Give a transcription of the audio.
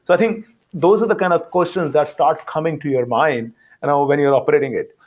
but i think those are the kind of questions that start coming to your mind and when you're operating it.